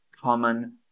common